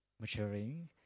maturing